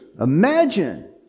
Imagine